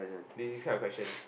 this type of question